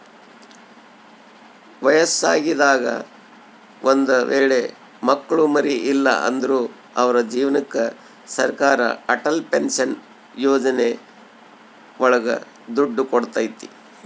ವಯಸ್ಸಾಗಿದಾಗ ಒಂದ್ ವೇಳೆ ಮಕ್ಳು ಮರಿ ಇಲ್ಲ ಅಂದ್ರು ಅವ್ರ ಜೀವನಕ್ಕೆ ಸರಕಾರ ಅಟಲ್ ಪೆನ್ಶನ್ ಯೋಜನೆ ಒಳಗ ದುಡ್ಡು ಕೊಡ್ತೈತಿ